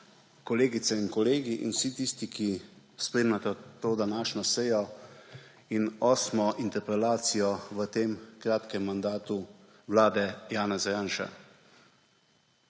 kolegice in kolegi in vsi tisti, ki spremljate to današnjo sejo in osmo interpelacijo v tem kratkem mandatu vlade Janeza Janše!